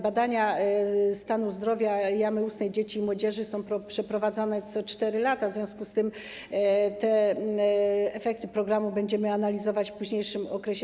Badania stanu zdrowia jamy ustnej dzieci i młodzieży są przeprowadzane co 4 lata, w związku z tym efekty programu będziemy analizować w późniejszym okresie.